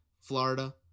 Florida